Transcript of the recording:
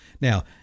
Now